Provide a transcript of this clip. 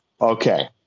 Okay